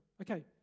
Okay